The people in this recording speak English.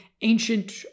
ancient